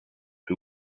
who